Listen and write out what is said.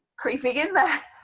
creeping in there.